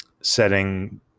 setting